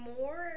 more